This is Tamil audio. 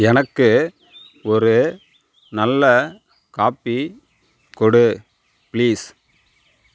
எனக்கு ஒரு நல்ல காபி கொடு பிளீஸ்